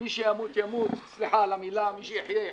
מי שימות ימות, סליחה על המילה, מי שיחיה יחיה.